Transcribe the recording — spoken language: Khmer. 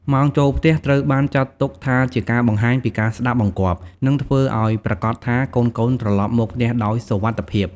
ម៉ោងចូលផ្ទះត្រូវបានចាត់ទុកថាជាការបង្ហាញពីការស្ដាប់បង្គាប់ និងធ្វើឱ្យប្រាកដថាកូនៗត្រឡប់មកផ្ទះដោយសុវត្ថិភាព។